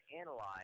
analyze